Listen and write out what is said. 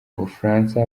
ubufaransa